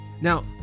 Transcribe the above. Now